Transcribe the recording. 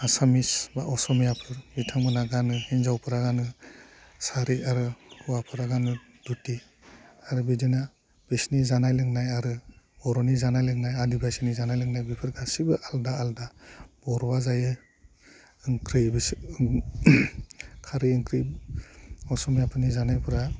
आसामिस बा असमियाफोर बिथांमोनहा गानो हिन्जावफ्रा गानो सारि आरो हौवाफ्रा गानो धुति आरो बिदिनो बिसिनि जानाय लोंनाय आरो बर'नि जानाय लोंनाय आदिबासिनि जानाय लोंनाय बेफोर गासिबो आलदा आलदा बर'वा जायो ओंख्रि बेसोर खारै ओंख्रि असमियाफोरनि जानायफ्रा